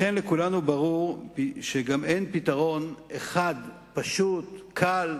לכן לכולנו ברור שגם אין פתרון אחד פשוט, קל,